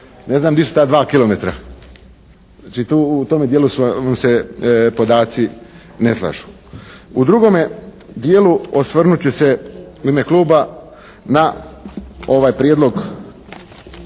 Ne znam gdje su ta 2 kilometra. Znači tu u tome dijelu vam se podaci ne slažu. U drugome dijelu osvrnut ću se u ime kluba na ovaj Prijedlog